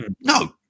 No